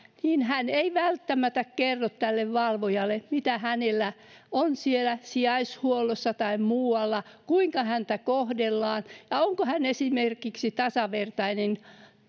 ei välttämättä kerro tälle valvojalle miten hänellä on siellä sijaishuollossa tai muualla kuinka häntä kohdellaan ja onko hän esimerkiksi tasavertainen